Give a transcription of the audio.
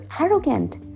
arrogant